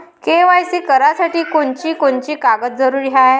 KYC करासाठी कोनची कोनची कागद जरुरी हाय?